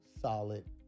solid